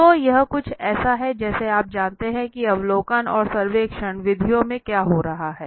तो यह कुछ ऐसा है जैसे आप जानते हैं कि अवलोकन और सर्वेक्षण विधियों में क्या हो रहा है